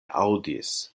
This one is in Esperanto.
aŭdis